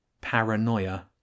Paranoia